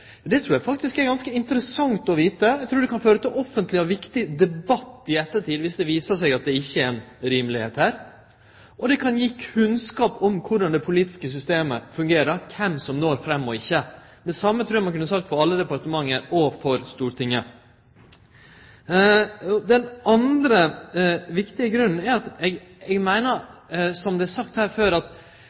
Det trur eg faktisk er ganske interessant å vite. Eg trur det kan føre til offentleg og viktig debatt i ettertid, dersom det viser seg at det ikkje er eit rimeleg forhold her, og det kan gi kunnskap om korleis det politiske systemet fungerer, og kven som når fram og ikkje. Det same trur eg ein kunne sagt for alle departement og for Stortinget. Den andre viktige grunnen er: Eg meiner, som det er sagt tidlegare, at